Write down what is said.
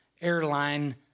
airline